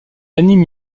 anime